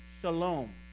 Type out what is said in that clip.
shalom